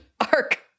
arc